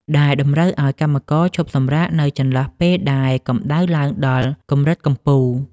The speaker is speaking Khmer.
ដែលតម្រូវឱ្យកម្មករឈប់សម្រាកនៅចន្លោះពេលដែលកម្ដៅឡើងដល់កម្រិតកំពូល។